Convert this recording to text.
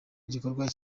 igikorwa